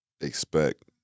expect